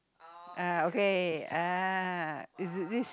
uh okay uh it's this